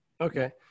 Okay